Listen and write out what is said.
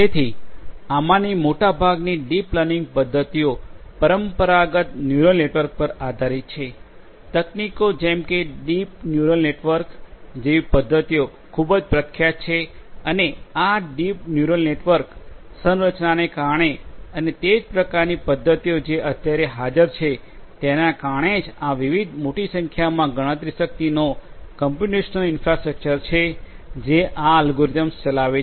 તેથી આમાંની મોટાભાગની ડીપ લર્નિંગ પદ્ધતિઓ પરંપરાગત ન્યુરલ નેટવર્ક પર આધારિત છે તકનીકો જેમ કે ડીપ ન્યુરલ નેટવર્ક જેવી પદ્ધતિઓ ખૂબ પ્રખ્યાત છે અને આ ડીપ ન્યુરલ નેટવર્ક સંરચનાને કારણે અને તે જ પ્રકારની પદ્ધતિઓ જે અત્યારે હાજર છે તેના કારણે જ આ વિવિધ મોટી સંખ્યામાં ગણતરી શક્તિનો કોમ્પ્યુટેશનલ ઇન્ફ્રાસ્ટ્રક્ચર છે જે આ અલ્ગોરિધમ્સ ચલાવે છે